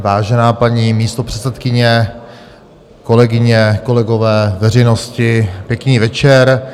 Vážená paní místopředsedkyně, kolegyně, kolegové, veřejnosti, pěkný večer.